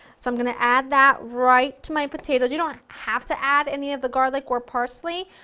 so i'm going to add that right to my potatoes, you don't have to add any of the garlic or parsley,